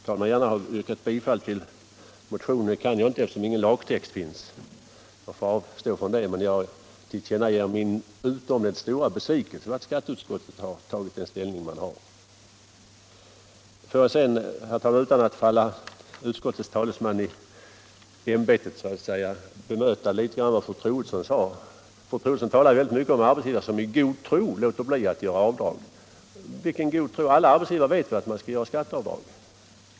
Jag skulle gärna ha velat yrka bifall till motionen men 9 december 1975 kan inte göra det, eftersom det inte finns någon lagtext. Jag nödgas I därför avstå från detta. Men jag tillkännager min utomordentligt stora Ändring i uppbördsbesvikelse över att skatteutskottet har intagit den ställning som utskottet — lagen, m.m. har gjort. Får jag sedan, utan att så att säga falla utskottets talesman i ämbetet, bemöta litet av vad fru Troedsson sade. Hon talade mycket om arbetsgivare, som i god tro underlåter att göra avdrag. Vad är det för god tro? Alla arbetsgivare vet ju att det skall göras skatteavdrag.